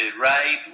right